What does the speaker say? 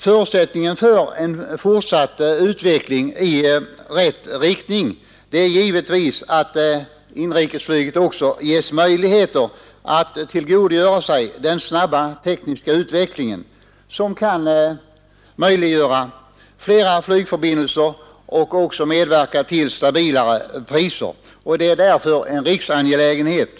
Förutsättningen för en fortsatt utveckling i rätt riktning är givetvis att inrikesflyget också ges möjligheter att tillgodogöra sig det snabba tekniska framåtskridandet, som kan möjliggöra fler flygförbindelser och också medverka till facilare priser. Det är därför en riksangelägenhet.